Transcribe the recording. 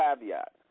caveat